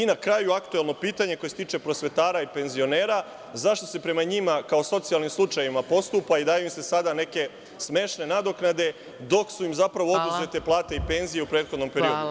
Na kraju, aktuelno pitanje koje se tiče prosvetara i penzionera – zašto se prema njima, kao socijalnim slučajevima, postupa i daju im se sada neke smešne nadoknade, dok su im zapravo oduzete plate i penzije u prethodnom periodu?